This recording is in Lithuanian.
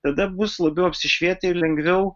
tada bus labiau apsišvietę lengviau